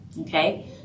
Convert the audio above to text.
okay